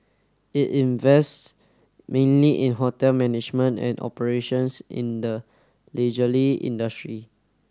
it invests mainly in hotel management and operations in the leisurely industry